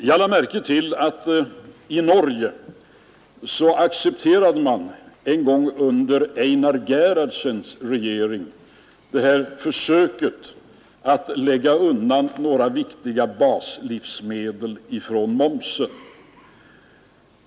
Jag lade märke till att i Norge accepterade man en gång under Einar Gerhardsens regering förslag att undanta några viktiga baslivsmedel ifrån momsen.